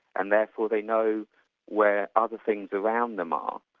and therefore they know where other things around them um